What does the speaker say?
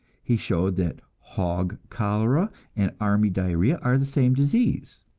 he showed that hog cholera and army diarrhea are the same disease,